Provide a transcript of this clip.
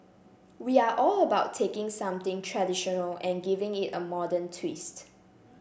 we are all about taking something traditional and giving it a modern twist